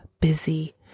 busy